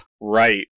Right